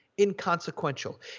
inconsequential